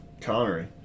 Connery